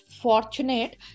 fortunate